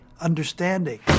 understanding